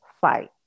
fight